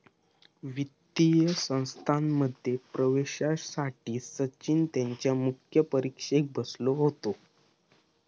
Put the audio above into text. वित्तीय संस्थांमध्ये प्रवेशासाठी सचिन त्यांच्या मुख्य परीक्षेक बसलो होतो